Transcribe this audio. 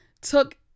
took